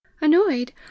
annoyed